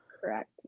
Correct